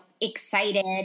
excited